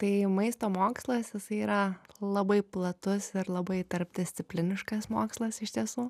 tai maisto mokslas tai yra labai platus ir labai tarpdiscipliniškas mokslas iš tiesų